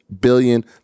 billion